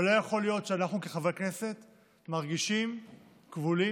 אבל לא יכול להיות שאנחנו כחברי כנסת מרגישים כבולים,